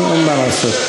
אין מה לעשות.